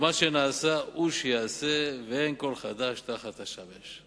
ומה שנעשה הוא שיעשה ואין כל חדש תחת השמש".